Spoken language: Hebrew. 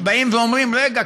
שבאים ואומרים: רגע,